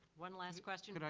one last question. but